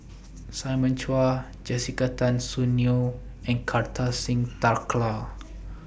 Simon Chua Jessica Tan Soon Neo and Kartar Singh Thakral